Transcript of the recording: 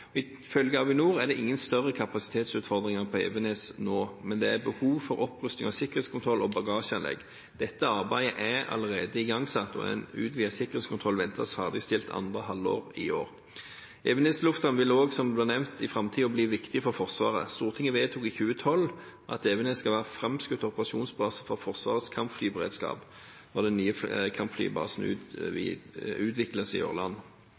Ifølge Avinor er det ingen større kapasitetsutfordringer på Evenes nå, men det er behov for opprusting av sikkerhetskontroll og bagasjeanlegg. Dette arbeidet er allerede igangsatt, og en utvidet sikkerhetskontroll ventes ferdigstilt andre halvår i år. Evenes lufthavn vil også – som det ble nevnt – i framtiden bli viktig for Forsvaret. Stortinget vedtok i 2012 at Evenes skal være framskutt operasjonsbase for Forsvarets kampflyberedskap når den nye kampflybasen utvikles i Ørland.